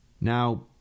Now